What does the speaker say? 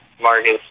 Marcus